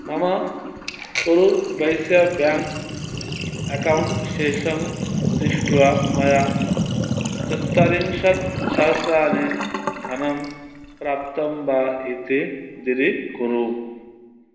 मम Karur Vysya bank account शेषं दृष्ट्वा मया चत्वारिंशत्शहस्रं धनं प्राप्तं वा इति दृढीकुरु